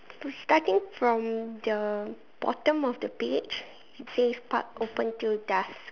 starting from the bottom of the page it says park open till dusk